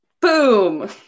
Boom